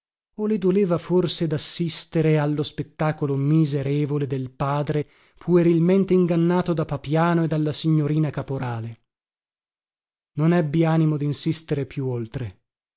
le doleva forse dassistere allo spettacolo miserevole del padre puerilmente ingannato da papiano e dalla signorina caporale non ebbi animo dinsistere più oltre